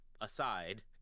aside